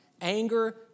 Anger